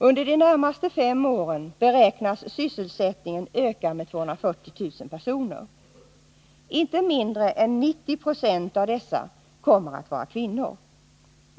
Under de närmaste fem åren beräknas sysselsättningen öka med 240 000 personer. Inte mindre än 90 26 av dessa kommer att vara kvinnor.